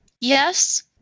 yes